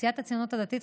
סיעת הציונות הדתית,